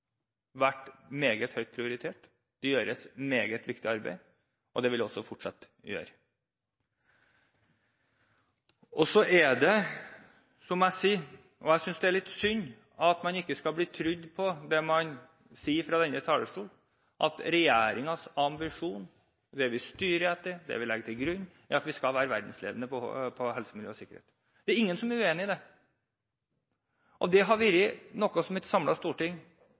vært meget høyt prioritert. Det gjøres et meget viktig arbeid, og det vil også fortsatt bli gjort. Så må jeg si at jeg synes det er litt synd at man ikke skal bli trodd på det man sier fra denne talerstol, at regjeringens ambisjon, det vi styrer etter, det vi legger til grunn, er at vi skal være verdensledende på helse-, miljø- og sikkerhet. Det er ingen som er uenig i det, det har vært noe som et samlet storting